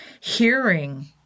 hearing